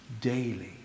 daily